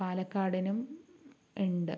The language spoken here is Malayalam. പാലക്കാടിനും ഉണ്ട്